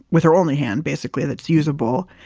with her only hand, basically, that's usable,